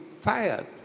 fired